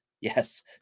yes